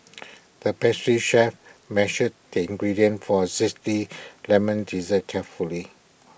the pastry chef measured the ingredients for A Zesty Lemon Dessert carefully